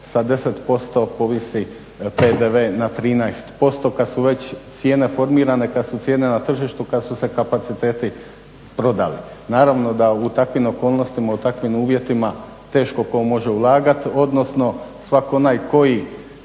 sa 10% povisi PDV na 13% kad su već cijene formirane, kad su cijene na tržištu, kad su se kapaciteti prodali. Naravno da u takvim okolnostima, u takvim uvjetima teško tko može ulagati, odnosno svatko onaj koji